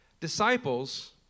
Disciples